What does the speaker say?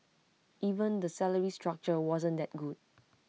even the salary structure wasn't that good